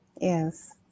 Yes